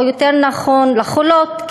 או יותר נכון לחולות,